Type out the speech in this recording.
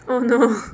oh no